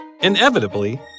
Inevitably